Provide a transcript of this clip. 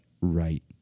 right